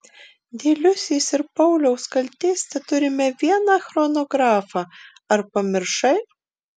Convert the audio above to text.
dėl liusės ir pauliaus kaltės teturime vieną chronografą ar pamiršai